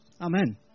Amen